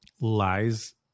lies